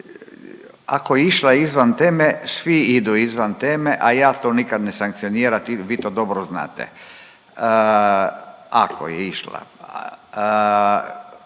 Ako je išla izvan teme svi idu izvan teme, a ja to nikad ne sankcioniram vi to dobro znate, ako je išla